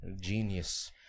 Genius